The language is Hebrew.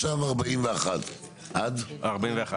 עכשיו 41. עכשיו